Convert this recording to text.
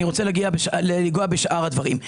אני רוצה לגעת בשאר הדברים.